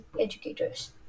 educators